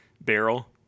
barrel